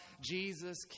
Jesus